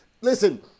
Listen